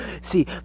See